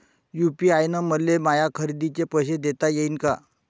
UPI न मले माया खरेदीचे पैसे देता येईन का?